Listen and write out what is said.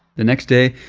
the next day,